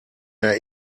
der